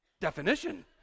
definition